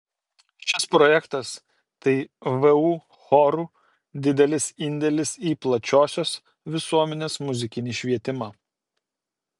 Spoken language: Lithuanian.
šis projektas tai vu chorų didelis indėlis į plačiosios visuomenės muzikinį švietimą